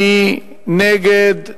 מי נגד?